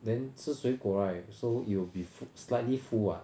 then 吃水果 right so you will be slightly full ah